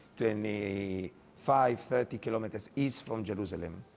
twenty five thirty kilometers east from jerusalem.